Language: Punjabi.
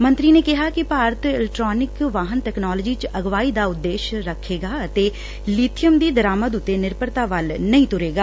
ਮੰਤਰੀ ਨੇ ਕਿਹਾ ਕਿ ਭਾਰਤ ਇਲੈਕਟ੍ਾਨਿਕ ਵਾਹਨ ਤਕਨਾਲੋਜੀ ਚ ਅਗਵਾਈ ਦਾ ਉਦੇਸ਼ ਰੱਖੇਗਾ ਅਤੇ ਲੀਖੀਅਮ ਦੀ ਦਰਾਮਦ ਤੇ ਨਿਰਭਰਤਾ ਵੱਲ ਨਹੀਂ ਤੁਰੇਗਾ